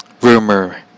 Rumor